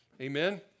Amen